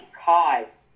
cause